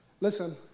Listen